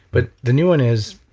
but the new one is